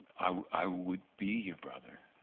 i would be your brother.